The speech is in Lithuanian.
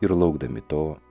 ir laukdami to